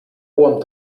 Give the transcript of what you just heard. wurm